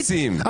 משלמים מסים.